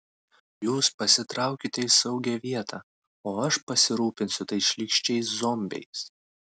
jūs pasitraukite į saugią vietą o aš pasirūpinsiu tais šlykščiais zombiais